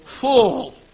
Full